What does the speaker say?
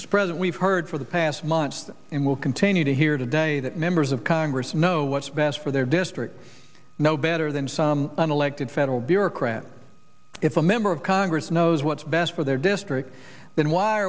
this present we've heard for the past months and will continue to hear today that members of congress know what's best for their district no better than some unelected federal bureaucrat if a member of congress knows what's best for their district then why